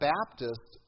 Baptist